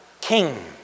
king